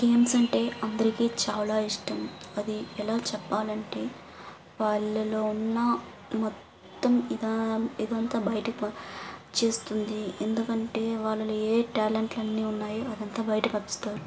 games అంటే అందరికీ చాలా ఇష్టం అది ఎలా చెప్పాలంటే వాళ్లలో ఉన్న మొత్తం ఇదా ఇదంతా బయట చేస్తుంది ఎందుకంటే వాళ్లలో ఏ టాలెంట్లు అన్నీ ఉన్నాయో అదంతా బయటపరుస్తారు